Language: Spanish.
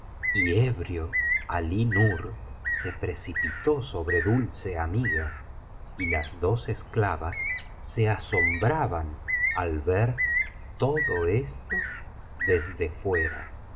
y ebrio alí nur se precipitó sobre dulce amiga y las dos esclavas se asombraban al ver todo esto desde fuera